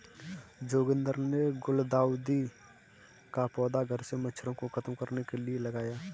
जोगिंदर ने गुलदाउदी का पौधा घर से मच्छरों को खत्म करने के लिए लगाया